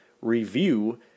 review